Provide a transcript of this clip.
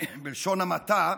בלשון המעטה,